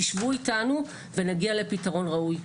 תשבו איתנו ונגיע לפתרון ראוי.